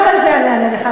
גם על זה אני אענה לך,